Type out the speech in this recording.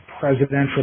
presidential